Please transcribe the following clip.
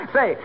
Say